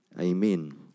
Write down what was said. amen